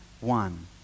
one